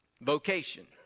Vocation